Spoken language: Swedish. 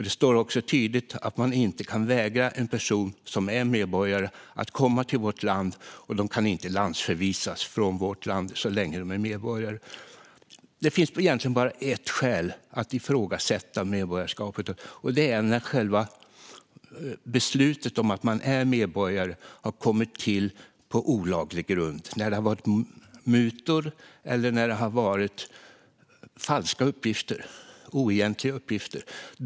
Det står också tydligt att man inte kan vägra en person som är medborgare att komma till vårt land, och så länge man är medborgare kan man inte landsförvisas från vårt land. Det finns egentligen bara ett skäl att ifrågasätta medborgarskapet, och det är när själva beslutet om att man är medborgare har kommit till på olaglig grund. Det kan ha handlat om mutor eller om falska, oegentliga uppgifter.